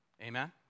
Amen